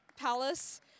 palace